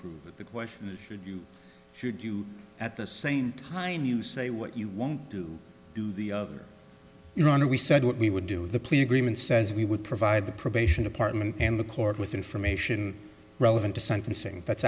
but the question is should you should you at the same time you say what you want to do the other your honor we said what we would do the plea agreement says we would provide the probation department and the court with information relevant to sentencing that's